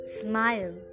smile